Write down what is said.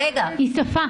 היא שפה.